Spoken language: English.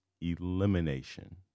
elimination